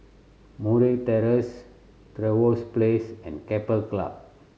Murray Terrace Trevose Place and Keppel Club